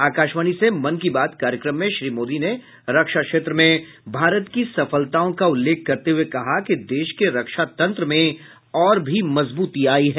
आकाशवाणी से मन की बात कार्यक्रम में श्री मोदी ने रक्षा क्षेत्र में भारत की सफलताओं का उल्लेख करते हुए कहा कि देश के रक्षा तंत्र में और भी मजबूती आई है